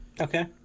Okay